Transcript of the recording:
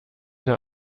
der